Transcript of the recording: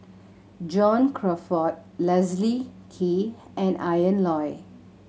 John Crawfurd Leslie Kee and Ian Loy